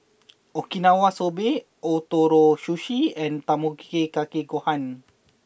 Okinawa Soba Ootoro Sushi and Tamago Kake Gohan